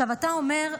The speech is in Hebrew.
אתה אומר: